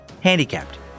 handicapped